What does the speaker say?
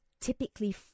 typically